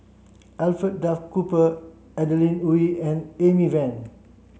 Alfred Duff Cooper Adeline Wee and Amy Van